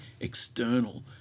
external